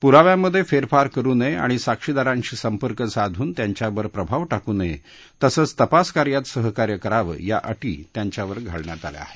पुराव्यांमधे फेरफार करु नये आणि साक्षीदारांशी संपर्क साधून त्यांच्यावर प्रभाव टाकू नये तसंच तपास कार्यात सहकार्य करावं या अटी त्याच्यावर घालण्यात आल्या आहेत